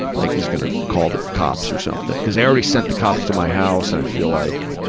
like he's gonna call the cops or something. cause they already sent the cops to my house and i feel like